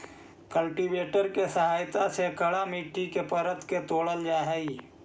cultivator के सहायता से कड़ा मट्टी के परत के तोड़ल जा हई